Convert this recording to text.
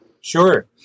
Sure